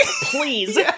Please